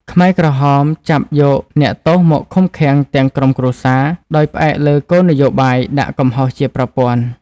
ខ្មែរក្រហមចាប់យកអ្នកទោសមកឃុំឃាំងទាំងក្រុមគ្រួសារ ដោយផ្អែកលើគោលនយោបាយដាក់កំហុសជាប្រព័ន្ធ។